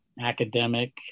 academic